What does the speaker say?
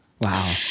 Wow